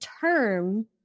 term